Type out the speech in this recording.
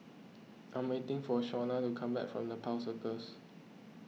I am waiting for Shawnna to come back from Nepal Circus